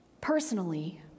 personally